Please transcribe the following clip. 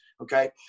Okay